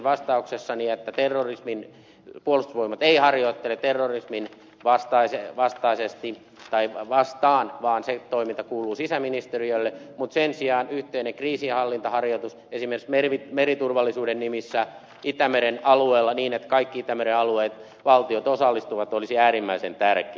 totesin vastauksessani että puolustusvoimat ei harjoittele terrorismia vastaan vaan se toiminta kuuluu sisäministeriölle mutta sen sijaan yhteinen kriisinhallintaharjoitus esimerkiksi meriturvallisuuden nimissä itämeren alueella niin että kaikki itämeren valtiot osallistuvat olisi äärimmäisen tärkeä